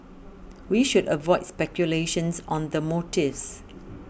we should avoid speculation on the motives